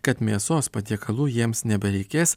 kad mėsos patiekalų jiems nebereikės